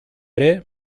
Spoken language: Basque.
ere